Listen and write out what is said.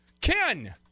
Ken